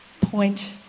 point